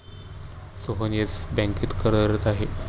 Sohan Yes बँकेत कार्यरत आहे